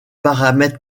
paramètre